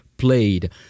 Played